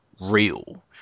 real